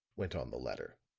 went on the latter.